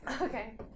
Okay